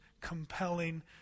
compelling